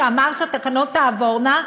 שאמר שהתקנות תעבורנה,